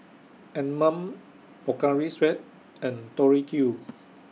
Anmum Pocari Sweat and Tori Q